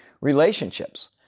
relationships